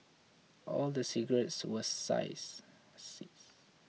all the cigarettes were size seized